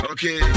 Okay